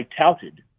touted